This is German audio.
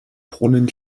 brunnen